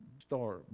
star